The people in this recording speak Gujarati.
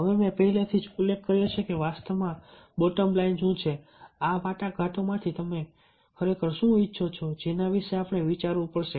હવે મેં પહેલેથી જ ઉલ્લેખ કર્યો છે કે વાસ્તવમાં બોટમ લાઇન શું છે આ વાટાઘાટોમાંથી તમે ખરેખર શું ઇચ્છો છો જેના વિશે આપણે વિચારવું પડશે